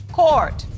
court